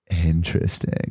Interesting